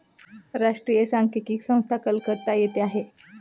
राष्ट्रीय सांख्यिकी संस्था कलकत्ता येथे आहे